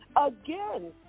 again